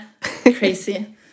crazy